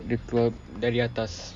dia keluar dari atas